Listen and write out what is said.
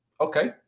Okay